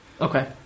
Okay